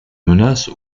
menace